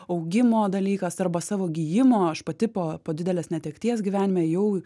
augimo dalykas arba savo gijimo aš pati po po didelės netekties gyvenime ėjau